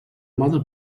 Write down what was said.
mode